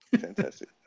Fantastic